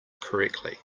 correctly